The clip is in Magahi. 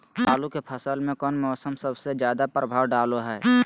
आलू के फसल में कौन मौसम सबसे ज्यादा प्रभाव डालो हय?